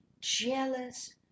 jealous